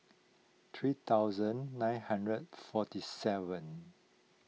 three thousand nine hundred forty seven